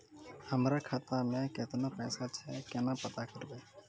हमरा खाता मे केतना पैसा छै, केना पता करबै?